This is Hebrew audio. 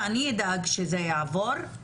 ואני אדאג שזה יעבור,